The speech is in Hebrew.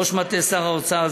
רמ"ט שר האוצר,